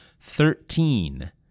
Thirteen